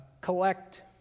collect